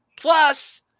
plus